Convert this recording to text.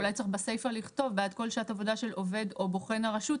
אולי צריך בסיפה לכתוב "בעד כל שעת עבודה של עובד או בוחן הרשות",